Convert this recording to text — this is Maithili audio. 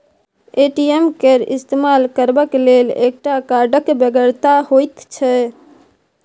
ए.टी.एम केर इस्तेमाल करबाक लेल एकटा कार्डक बेगरता होइत छै